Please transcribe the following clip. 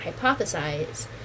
hypothesize